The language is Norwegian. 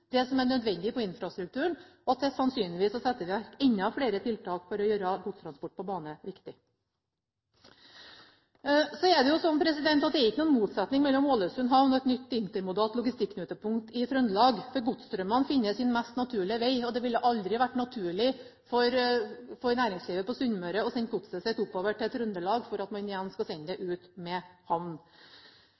det som er nødvendig med tanke på infrastrukturen, og at det sannsynligvis blir satt i verk enda flere tiltak for å gjøre godstransport på bane viktig. Så er det slik at det ikke er noen motsetning mellom Ålesund havn og et nytt intermodalt logistikknutepunkt i Trøndelag, for godsstrømmene finner sin mest naturlige veg, og det ville aldri vært naturlig for næringslivet på Sunnmøre å sende godset sitt oppover til Trøndelag for at man igjen skal sende det ut ved en havn.